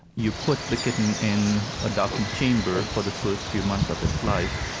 you put the kitten in a darkened chamber for the first few months of its life.